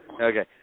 Okay